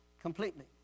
Completely